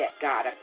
God